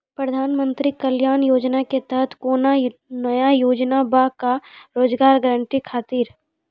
प्रधानमंत्री कल्याण योजना के तहत कोनो नया योजना बा का रोजगार गारंटी खातिर?